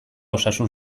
osasun